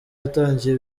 watangiye